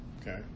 Okay